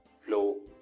flow